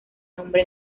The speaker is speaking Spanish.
nombre